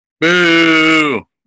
Boo